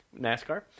NASCAR